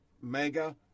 mega